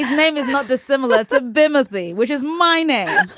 name is not dissimilar. it's a bimonthly, which is mine and